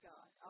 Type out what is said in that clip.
God